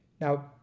now